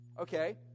Okay